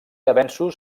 avenços